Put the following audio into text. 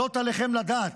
זאת עליכם לדעת,